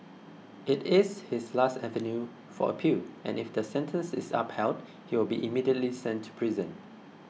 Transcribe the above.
it is his last avenue for appeal and if the sentence is upheld he will be immediately sent to prison